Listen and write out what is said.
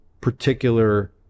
particular